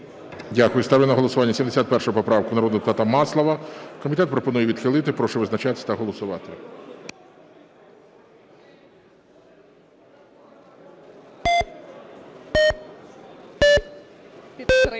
Дякую. Ставлю на голосування 71 поправку народного депутата Маслова. Комітет пропонує відхилити. Прошу визначатись та голосувати.